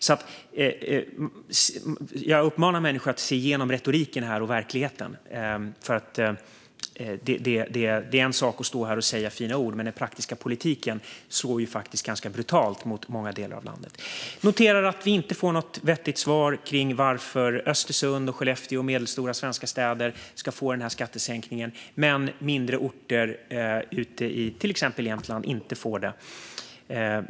Jag uppmanar människor att se igenom retoriken och se verkligheten. Det är en sak att stå här och säga fina ord, men den praktiska politiken slår faktiskt ganska brutalt mot många delar av landet. Jag noterar att vi inte får något vettigt svar på varför Östersund och Skellefteå, medelstora svenska städer, ska få den här skattesänkningen, medan mindre orter i till exempel Jämtland inte får den.